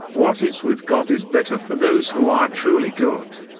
what is with god is better for those who are truly good.